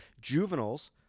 juveniles